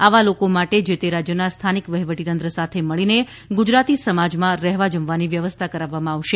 આવા લોકો માટે જે તે રાજ્યના સ્થાનિક વહીવટીતંત્ર સાથે મળીને ગુજરાતી સમાજમાં રહેવા જમવાની વ્યવસ્થા કરાવવામાં આવશે